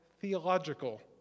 theological